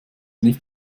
nicht